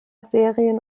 serien